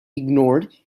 ignored